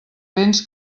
béns